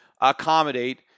accommodate